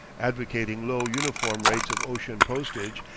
advocating low uniform rates of ocean postage,